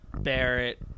Barrett